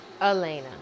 Elena